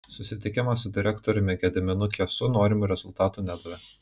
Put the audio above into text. susitikimas su direktoriumi gediminu kiesu norimų rezultatų nedavė